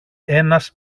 ένας